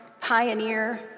pioneer